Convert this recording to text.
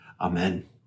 Amen